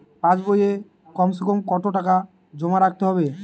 পাশ বইয়ে কমসেকম কত টাকা জমা রাখতে হবে?